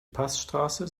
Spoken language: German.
passstraße